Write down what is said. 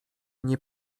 nie